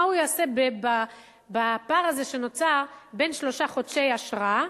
מה הוא יעשה בפער הזה שנוצר אחרי שלושה חודשי אשרה?